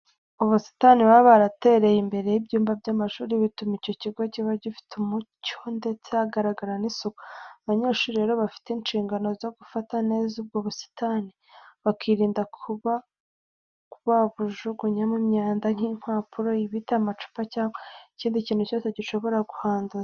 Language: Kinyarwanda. Ubusitani baba barateye imbere y'ibyumba by'amashuri bituma icyo kigo kiba gifite umucyo ndetse hagaragara n'isuku. Abanyeshuri rero, bafite inshingano zo gufata neza ubwo busitani, bakirinda kuba babujugunyamo imyanda nk'impapuro, ibiti, amacupa cyangwa ikindi kintu cyose gishobora kuhanduza.